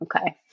Okay